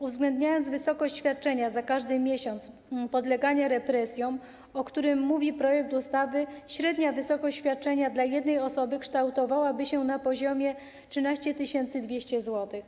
Uwzględniając wysokość świadczenia za każdy miesiąc podlegania represjom, o którym mówi projekt ustawy, średnia wysokość świadczenia dla jednej osoby kształtowałaby się na poziomie 13 200 zł.